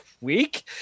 week